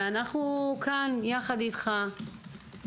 אנחנו כאן יחד איתך,